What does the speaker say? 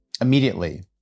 Immediately